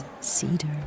Cedar